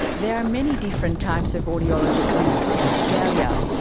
there are many different types of audiology clinics in australia.